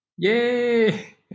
Yay